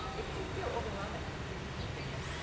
it can feel overwhelming, this mission statement.